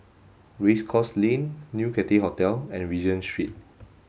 Race Course Lane New Cathay Hotel and Regent Street